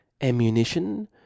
ammunition